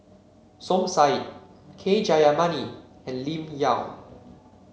Som Said K Jayamani and Lim Yau